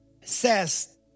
says